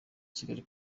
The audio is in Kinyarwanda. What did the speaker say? kigali